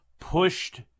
pushed